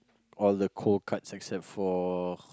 all the cold cuts except for